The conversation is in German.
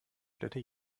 städte